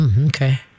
Okay